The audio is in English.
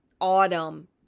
autumn